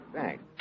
Thanks